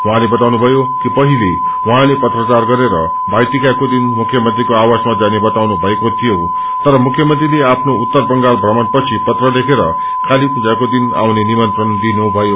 उहाँले बताउनुभयो कि पहिले उहाँले पत्राचार गरेर भइटिकाको दिन मुख्यमंत्रीको आवासामा जाने जनानु भएको थियो तर मुख्यमंत्रीले आफ्नो उत्तर बंगाल भ्रमणपछि पत्र लेखेर कालीपूजाको दिन आउने निमन्त्रणा दिनुभयो